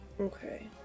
Okay